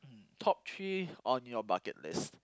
top three on your bucket list